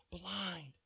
blind